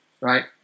right